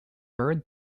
byrd